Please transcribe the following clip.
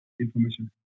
information